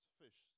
fish